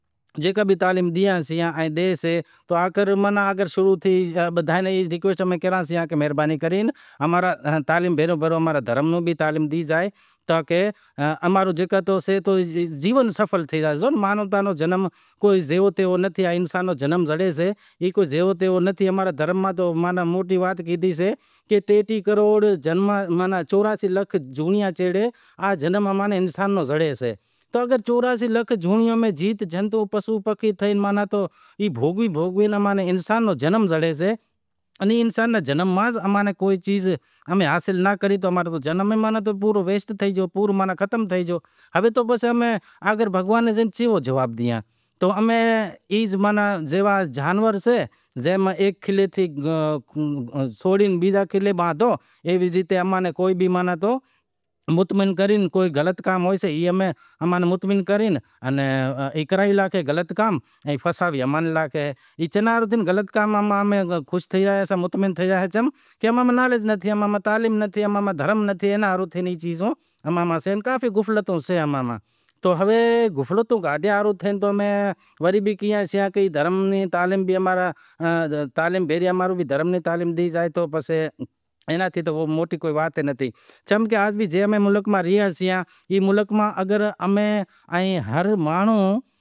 ویواہ تھے، دہاڑا پکا تھا پسے وڑے آنپڑا پھیرا تھیا پھیرا تھے پسے وڑے مانڈو ہتو ائیں پسے وڑے جیکو بھی سئے دھرم روں پسے جیکو بھی سئے دھاگا وگیراہ جیکو بھی کھولاسیں، ایئاں ری ای ریت رسم کراسیں پسے میندی رات جیکو ہوئیسے پسے مہمان وگیراہ جیکو بھی آئیسے پسے جیوو حال ہوشے دعوت کری پسے وڑے ریت رسم کراں سیں میندی سجاواں سیں ہلدی ہنڑاں سیں، ہلدی ہنڑے پسے وڑے جیکو بھی سئے جیکو بھی ریت رسم سے ای کراں سین، جیوی ریت رسم سی ایئاں میں کراسیئاں، اینا علاوہ امارا، جیکو بھی سئے لیڈیز سے بار بچو جیکو بھی سے ایئے اکثر کرے زو امیں کھاشو ساڑہی وارو لباس تھئی گیو شئے انیں علاوہ جیکو بھی سئے تیار تھے زانیں تیار تھے پسے زایاسیئاں، تیار تھے پسے سیڑے کوئی پرب آوے پرب مطلب بارہاں مینڑا رو پرب آوہسے دواری تھی ہولا تھی ہولی تھی کوئی آنپڑے شیو راتڑی تھی ماہا شیو راتڑی جیکو سئے ایئے میں پوری رات امیں زاگاں سیئاں اینو ورت راکھی سیئاں، چوویہ کلاک رو ایہڑو ورت ہوئیسے ہوارو نوں تقریبن چھ ہجے سیں شروع تھائے بیزے دہاڑے زائے شیو راتڑی رو امیں ورت کھولاں سیئاں